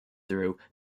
through